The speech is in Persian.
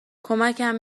کمکم